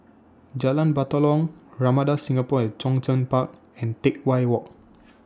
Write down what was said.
Jalan Batalong Ramada Singapore At Zhongshan Park and Teck Whye Walk